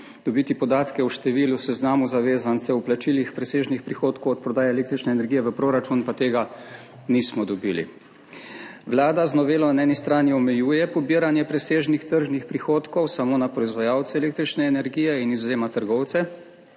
dobiti podatke o številu, seznamu zavezancev o plačilih presežnih prihodkov od prodaje električne energije v proračun, pa tega nismo dobili. Vlada z novelo na eni strani omejuje pobiranje presežnih tržnih prihodkov samo na proizvajalce električne energije in izvzema trgovce